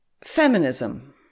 Feminism